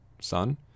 son